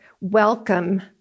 welcome